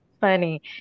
funny